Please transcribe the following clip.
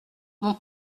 mon